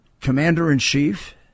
commander-in-chief